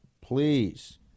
please